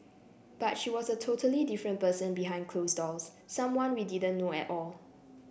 but she was a totally different person behind closed doors someone we didn't know at all